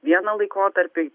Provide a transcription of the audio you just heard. vieną laikotarpį